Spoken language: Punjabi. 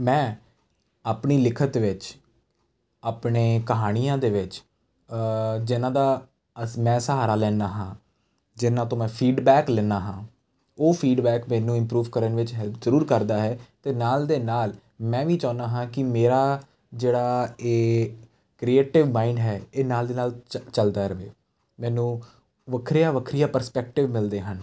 ਮੈਂ ਆਪਣੀ ਲਿਖਤ ਵਿੱਚ ਆਪਣੇ ਕਹਾਣੀਆਂ ਦੇ ਵਿੱਚ ਜਿਹਨਾਂ ਦਾ ਅਸ ਮੈਂ ਸਹਾਰਾ ਲੈਂਦਾ ਹਾਂ ਜਿਹਨਾਂ ਤੋਂ ਮੈਂ ਫੀਡਬੈਕ ਲੈਂਦਾ ਹਾਂ ਉਹ ਫੀਡਬੈਕ ਮੈਨੂੰ ਇਮਪਰੂਵ ਕਰਨ ਵਿੱਚ ਹੈਲਪ ਜ਼ਰੂਰ ਕਰਦਾ ਹੈ ਅਤੇ ਨਾਲ ਦੇ ਨਾਲ ਮੈਂ ਵੀ ਚਾਹੁੰਦਾ ਹਾਂ ਕਿ ਮੇਰਾ ਜਿਹੜਾ ਇਹ ਕ੍ਰੀਏਟਿਵ ਮਾਇੰਡ ਹੈ ਇਹ ਨਾਲ ਦੀ ਨਾਲ ਚੱਲਦਾ ਰਹੇ ਮੈਨੂੰ ਵੱਖਰੀਆਂ ਵੱਖਰੀਆਂ ਪਰਸਪੈਕਟਿਵ ਮਿਲਦੇ ਹਨ